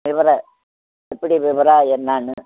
விவரம் எப்படி விவரம் என்னன்னு